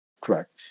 Correct